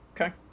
Okay